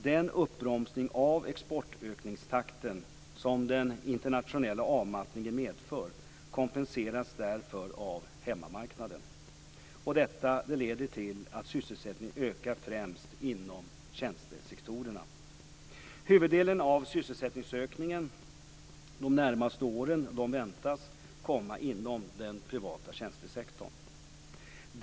Den uppbromsning av exportökningstakten som den internationella avmattningen medför kompenseras därför av hemmamarknaden. Detta leder till att sysselsättningen ökar främst inom tjänstesektorerna. Huvuddelen av sysselsättningsökningen de närmaste åren väntas komma inom den privata tjänstesektorn.